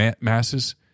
masses